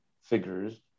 figures